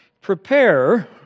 prepare